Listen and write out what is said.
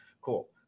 cool